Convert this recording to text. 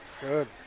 Good